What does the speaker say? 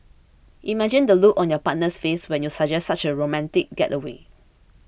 imagine the look on your partner's face when you suggest such a romantic getaway